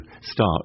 start